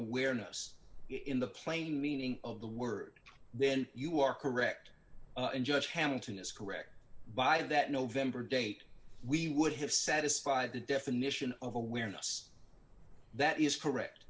awareness in the plain meaning of the word then you are correct and just hamilton is correct by that november date we would have satisfied the definition of awareness that is correct